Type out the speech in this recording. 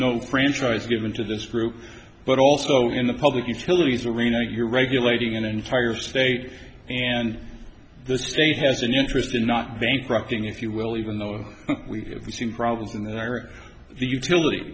no franchise given to this group but also in the public utilities arena you're regulating an entire state and the state has an interest in not bankrupting if you will even though we've seen problems in their utility